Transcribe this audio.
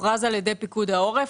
הוכרז על ידי פיקוד העורף,